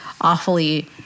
awfully